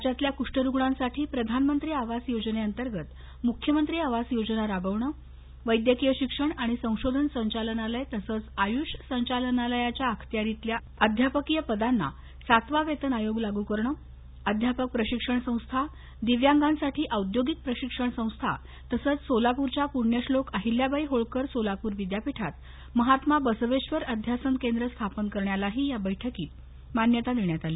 राज्यातल्या कुष्ठरुग्णांसाठी प्रधानमंत्री आवास योजनेंतर्गत मुख्यमंत्री आवास योजना राबवणं वैद्यकीय शिक्षण आणि संशोधन संचालनालय तसंच आयुष संचालनालयाच्या अखत्यारीतल्या अध्यापकीय पदांना सातवा वेतन आयोग लागू करणं अध्यापक प्रशिक्षण संस्था दिव्यांगांसाठी औद्योगिक प्रशिक्षण संस्था तसंच सोलापरच्या पण्यश्लोक अहिल्याबाई होळकर सोलापूर विद्यापीठात महात्मा बसवेश्वर अध्यासन केंद्र स्थापन करण्यालाही या बैठकीत मान्यता देण्यात आली